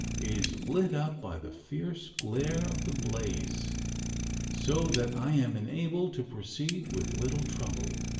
is lit up by the fierce glare of the blaze so that i am enabled to proceed with little trouble.